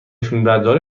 فیلمبرداری